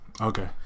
okay